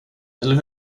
eller